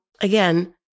again